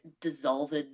dissolved